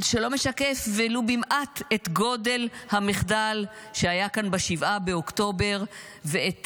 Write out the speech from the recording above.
שלא משקף ולו במעט את גודל המחדל שהיה כאן ב-7 באוקטובר ואת